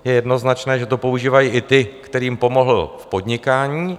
Je jednoznačné, že to používají i ti, kterým pomohl v podnikání.